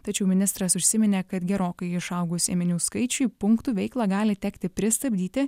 tačiau ministras užsiminė kad gerokai išaugus ėminių skaičiui punktų veiklą gali tekti pristabdyti